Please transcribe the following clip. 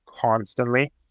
constantly